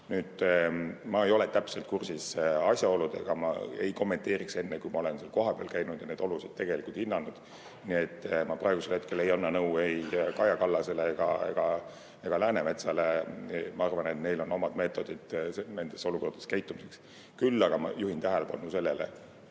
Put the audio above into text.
Ma ei ole täpselt kursis asjaoludega. Ma ei kommenteeriks enne, kui ma olen seal kohapeal käinud ja neid olusid hinnanud. Nii et ma praegusel hetkel ei anna nõu ei Kaja Kallasele ega Läänemetsale. Ma arvan, et neil on oma meetodid nendes olukordades käitumiseks. Küll aga ma juhin tähelepanu sellele,